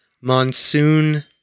Monsoon